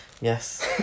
Yes